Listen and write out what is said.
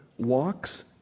walks